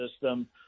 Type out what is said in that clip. system